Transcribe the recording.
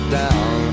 down